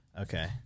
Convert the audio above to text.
Okay